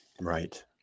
Right